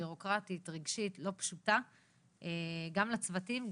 בירוקרטית ורגשית לא פשוטה גם לצוותים,